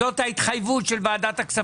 וזאת ההתחייבות של ועדת הכספים.